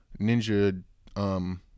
Ninja